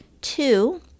Two